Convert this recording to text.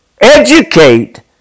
educate